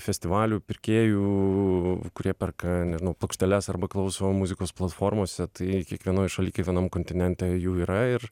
festivalių pirkėjų kurie perka nežinau plokšteles arba klauso muzikos platformose tai kiekvienoj šaly kiekvienam kontinente jų yra ir